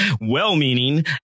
well-meaning